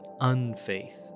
unfaith